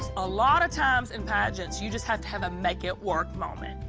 a lot of times in pageants, you just have to have a make-it-work moment.